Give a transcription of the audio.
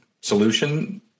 solution